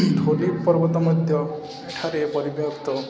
ଧଉଳି ପର୍ବତ ମଧ୍ୟ ଏଠାରେ ପରିବ୍ୟପ୍ତ